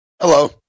Hello